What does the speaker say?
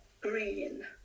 green